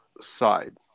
side